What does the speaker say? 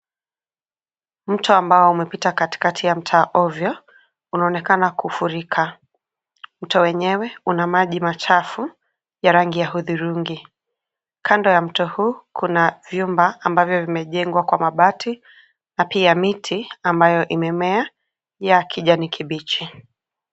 Mto ambao umepita katikati ya mtaa ovyo unaonekana kufurika. Mto wenyewe una maji machafu ya rangi ya hudhurungi. Kando ya mto huu kuna vyumba ambavyo vimejengwa kwa mabati na pia miti ambayo imemea ya kijani kibichi.